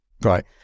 right